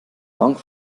bank